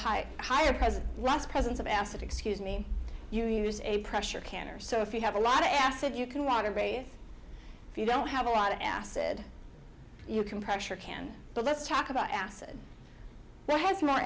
high higher has rust presence of acid excuse me you use a pressure canner so if you have a lot of acid you can run a race if you don't have a lot of acid you can pressure can but let's talk about acid now has more